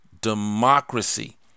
democracy